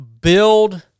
build